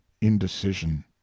indecision